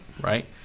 Right